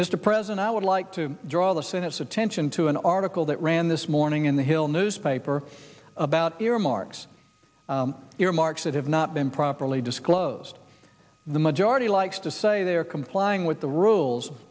mr president i would like to draw the senate's attention to an article that ran this morning in the hill newspaper about earmarks earmarks that have not been properly disclosed the majority likes to say they're complying with the rules